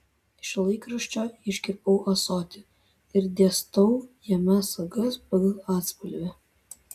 iš laikraščio iškirpau ąsotį ir dėstau jame sagas pagal atspalvį